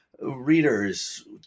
readers